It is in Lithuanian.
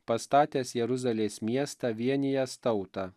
pastatęs jeruzalės miestą vienijęs tautą